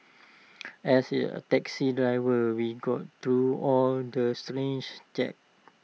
as taxi driver we go through all the gent